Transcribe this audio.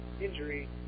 injury